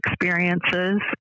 experiences